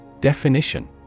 Definition